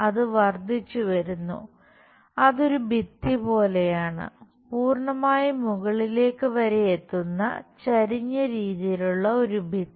അത് വർധിച്ചു വരുന്നു അതൊരു ഭിത്തി പോലെയാണ് പൂർണ്ണമായും മുകളിലേക്ക് വരെ എത്തുന്ന ചരിഞ്ഞ രീതിയിലുള്ള ഒരു ഭിത്തി